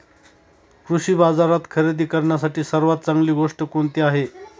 कृषी बाजारात खरेदी करण्यासाठी सर्वात चांगली गोष्ट कोणती आहे?